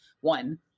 one